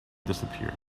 disappeared